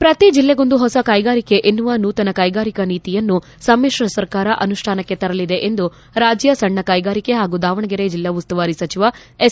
ಪ್ರತಿ ಜಿಲ್ಲೆಗೊಂದು ಹೊಸ ಕೈಗಾರಿಕೆ ಎನ್ನುವ ನೂತನ ಕೈಗಾರಿಕಾ ನೀತಿಯನ್ನು ಸಮಿಶ್ರ ಸರ್ಕಾರ ಅನುಷ್ಠಾನಕ್ಕೆ ತರಲಿದೆ ಎಂದು ರಾಜ್ಯ ಸಣ್ಣ ಕೈಗಾರಿಕೆ ಹಾಗೂ ದಾವಣಗೆರೆ ಜಿಲ್ಲಾ ಉಸ್ತುವಾರಿ ಸಚಿವ ಎಸ್